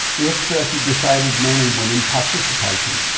we have thirty disabled men and women participating,